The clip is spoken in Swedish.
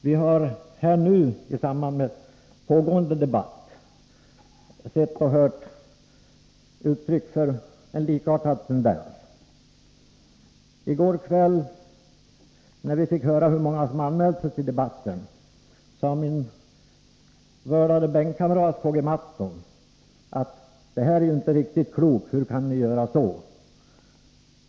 Vi har här nu i samband med pågående debatt sett och hört uttryck för en likartad tendens. I går kväll, när vi fick höra hur många som anmält sig till debatten, sade min vördade bänkkamrat Karl-Gustaf Mathsson: Det här är inte riktigt klokt — hur kan ni göra så?